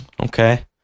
Okay